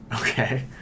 Okay